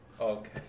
Okay